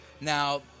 Now